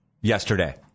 yesterday